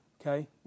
okay